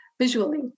visually